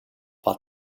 war